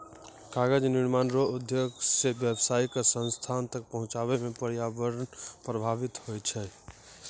कागज निर्माण रो उद्योग से व्यावसायीक स्थान तक पहुचाबै मे प्रर्यावरण प्रभाबित होय छै